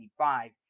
1985